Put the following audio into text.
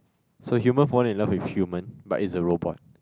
so human fall in love with human but is a robot